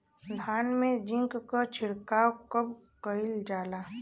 धान में जिंक क छिड़काव कब कइल जाला?